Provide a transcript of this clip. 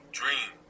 dream